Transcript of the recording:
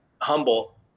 humble